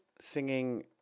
singing